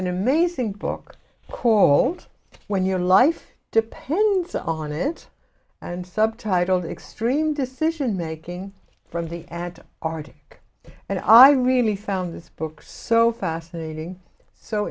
an amazing book called when your life depends on it and subtitled extreme decision making from the arctic and i really found this book so fascinating so